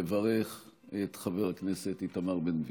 לברך את חבר הכנסת איתמר בן גביר.